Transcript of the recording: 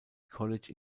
college